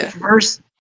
first